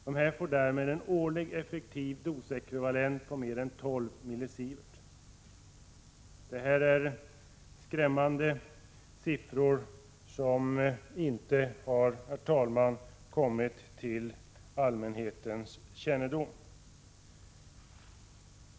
De får därmed en årlig effektiv dosekvivalent på mer än 12 mSv. Detta är skrämmande siffror som inte har kommit till allmänhetens kännedom.